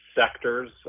sectors